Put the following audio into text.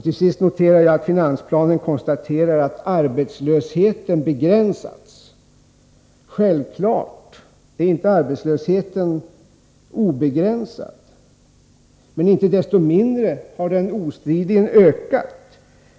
Till sist noterar jag att finansplanen konstaterar att ”arbetslösheten begränsats”. Självfallet är inte arbetslösheten obegränsad, men icke desto mindre har den obestridligen ökat.